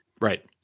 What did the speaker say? Right